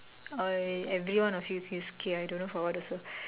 I everyone of you use k I don't know for what also